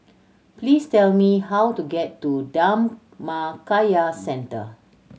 please tell me how to get to Dhammakaya Centre